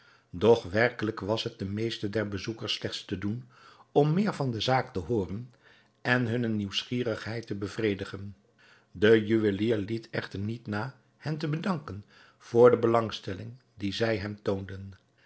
doch werkelijk was het den meesten der bezoekers slechts te doen om meer van de zaak te hooren en hunne nieuwsgierigheid te bevredigen de juwelier liet echter niet na hen te bedanken voor de belangstelling die zij hem toonden